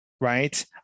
right